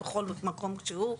או בכל מקום שהוא,